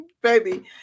Baby